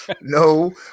No